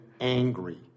angry